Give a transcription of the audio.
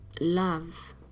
love